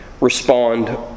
respond